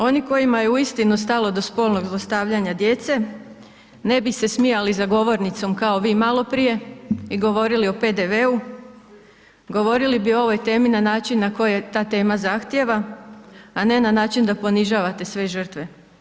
Onima koji je uistinu stalo do spolnog zlostavljanja djece, ne bi se smijala za govornicom kao vi maloprije, i govorili o PDV-u, govorili bi o ovoj temi, na način, na koje ta tema zahtjeva a ne na način, da ponižavate sve žrtve.